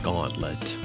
Gauntlet